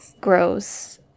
grows